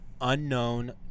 unknown